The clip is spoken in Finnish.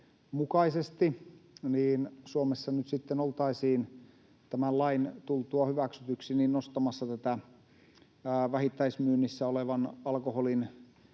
mukaisesti Suomessa nyt sitten oltaisiin tämän lain tultua hyväksytyksi nostamassa tätä vähittäismyynnissä olevan alkoholin